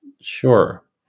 Sure